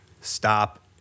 stop